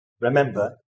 Remember